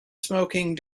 smoking